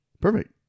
Perfect